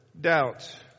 doubt